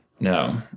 No